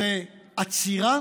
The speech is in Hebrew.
זו עצירה